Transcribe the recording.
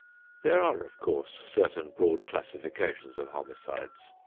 there are, of course, certain broad classifications of homicides.